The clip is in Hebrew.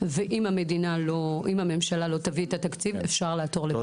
ואם הממשלה לא תביא את התקציב אפשר לעתור לבג"ץ.